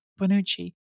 Bonucci